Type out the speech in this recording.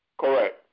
Correct